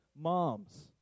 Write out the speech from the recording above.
moms